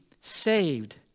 saved